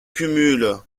cumule